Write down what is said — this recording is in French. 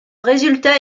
résultat